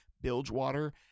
Bilgewater